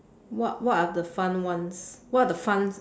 what what are the fun ones what are the fun